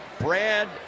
Brad